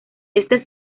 este